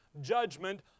judgment